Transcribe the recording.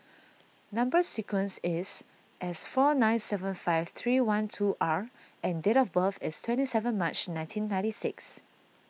Number Sequence is S four nine seven five three one two R and date of birth is twenty seven March nineteen ninety six